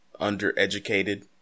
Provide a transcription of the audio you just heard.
undereducated